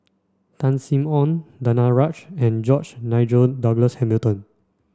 Tan Sin Aun Danaraj and George Nigel Douglas Hamilton